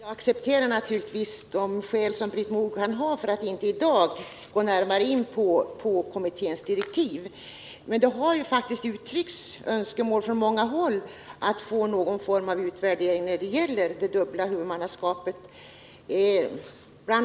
Herr talman! Jag accepterar naturligtvis de skäl som Britt Mogård kan ha för att inte i dag gå närmare in på kommitténs direktiv, men det har uttryckts önskemål från många håll om att få någon form av utvärdering när det gäller det dubbla huvudmannaskapet. Bl.